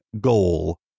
goal